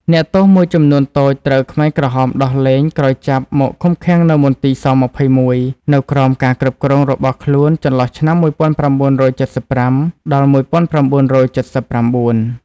អ្នកទោសមួយចំនួនតូចត្រូវខ្មែរក្រហមដោះលែងក្រោយចាប់មកឃុំឃាំងនៅមន្ទីរ ស-២១ នៅក្រោមការគ្រប់គ្រងរបស់ខ្លួនចន្លោះឆ្នាំ១៩៧៥-១៩៧៩។